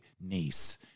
Nice